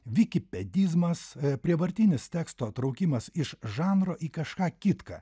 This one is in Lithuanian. vikipedizmas prievartinis teksto traukimas iš žanro į kažką kitką